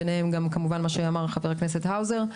ביניהן גם מה שאמר חבר הכנסת האוזר.